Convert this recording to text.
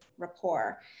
rapport